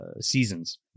seasons